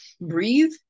breathe